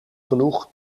genoeg